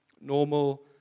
normal